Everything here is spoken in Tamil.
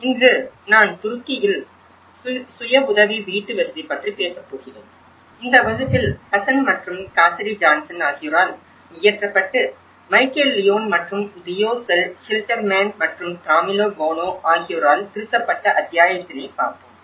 இன்று நான் துருக்கியில் சுய உதவி வீட்டுவசதி பற்றி பேசப் போகிறேன் இந்த வகுப்பில் ஹசன் மற்றும் காசிடி ஜான்சன் ஆகியோரால் இயற்றப்பட்டு மைக்கேல் லியோன் மற்றும் தியோ ஷில்டர்மேன் மற்றும் காமிலோ போனோ ஆகியோரால் திருத்தப்பட்ட அத்தியாயத்தினை பார்ப்போம்